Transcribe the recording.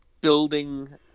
building